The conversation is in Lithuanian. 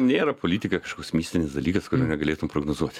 nėra politika kažkoks mistinis dalykas kurio negalėtum prognozuoti